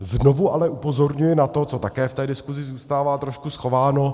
Znovu ale upozorňuji na to, co také v té diskuzi zůstává trošku schováno.